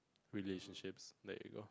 relationships let it go